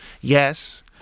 yes